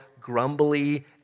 grumbly